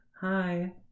hi